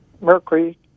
Mercury